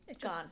gone